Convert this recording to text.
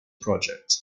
project